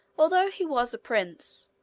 although he was a prince,